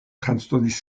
transdonis